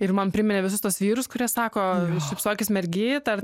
ir man priminė visus tuos vyrus kurie sako šypsokis mergyt ar